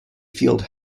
field